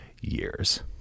years